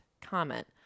comment